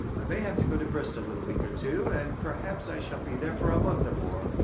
i may have to go to bristol in a week or two, and perhaps i shall be there for a month or more,